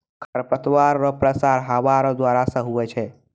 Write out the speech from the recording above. खरपतवार रो प्रसार हवा रो द्वारा से हुवै छै